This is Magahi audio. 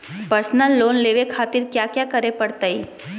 पर्सनल लोन लेवे खातिर कया क्या करे पड़तइ?